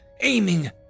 aiming